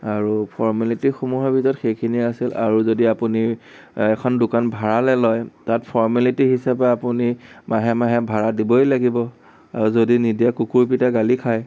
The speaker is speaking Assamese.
আৰু ফৰ্মেলিটিসমূহৰ ভিতৰত সেইখিনি আছিল আৰু যদি আপুনি এখন দোকান ভাৰালৈ লয় তাত ফৰ্মেলিটি হিচাপে আপুনি মাহে মাহে ভাৰা দিবই লাগিব যদি নিদিয়ে কুকুৰপিটা গালি খায়